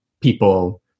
people